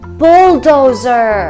bulldozer